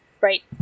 right